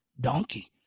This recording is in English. donkey